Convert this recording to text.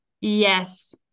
Yes